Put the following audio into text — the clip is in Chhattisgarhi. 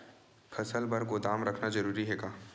फसल बर गोदाम रखना जरूरी हे का?